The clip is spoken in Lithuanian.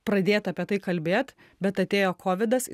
pradėt apie tai kalbėt bet atėjo kovidas